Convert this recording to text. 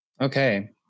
Okay